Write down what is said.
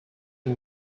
are